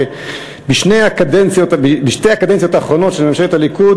שבשתי הקדנציות האחרונות של ממשלת הליכוד